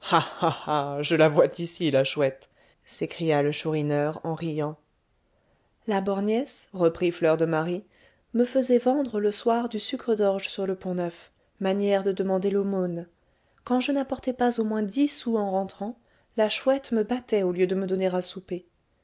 je la vois d'ici la chouette s'écria le chourineur en riant la borgnesse reprit fleur de marie me faisait vendre le soir du sucre d'orge sur le pont-neuf manière de demander l'aumône quand je n'apportais pas au moins dix sous en rentrant la chouette me battait au lieu de me donner à souper